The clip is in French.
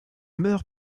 meurt